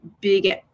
big